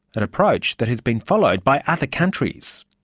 an approach that has been followed by other countries.